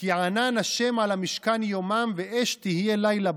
"כי ענן ה' על המשכן יומם ואש תהיה לילה